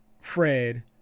Fred